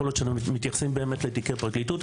יכול להיות שאנו מתייחסים באמת לתיקי פרקליטות,